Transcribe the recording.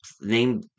name